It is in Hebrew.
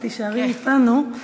אז תישארי אתנו.